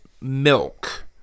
milk